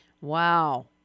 Wow